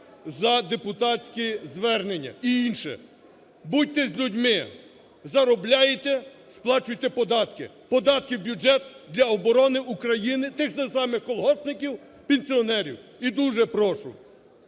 за депутатські звернення. І інше, будьте з людьми, заробляєте, сплачуйте податки, податки в бюджет для оборони України тих же самих колгоспників, пенсіонерів. І дуже прошу,